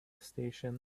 station